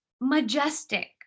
majestic